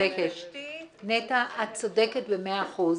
את צודקת במאה אחוז.